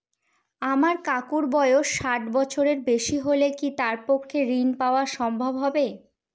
আমার কাকুর বয়স ষাট বছরের বেশি হলে কি তার পক্ষে ঋণ পাওয়া সম্ভব হবে?